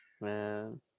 man